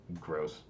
Gross